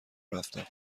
رفتم